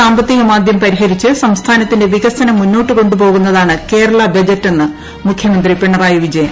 സാമ്പത്തികമാന്ദ്യം പരിഹരിച്ച് സ്റ്റ്സ്ഥാനത്തിന്റെ വികസനം മുന്നോട്ടു കൊണ്ടു ്ട്രൂപോകുന്നതാണ് കേരള ബജറ്റെന്ന് മുഖ്യമന്ത്രി പ്പീണ്റായി വിജയൻ